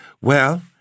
Well